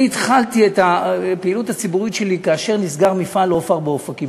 אני התחלתי את הפעילות הציבורית שלי כאשר נסגר מפעל "אופ-אר" באופקים,